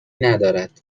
ندارد